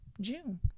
june